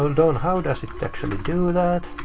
hold on, how does it actually do that,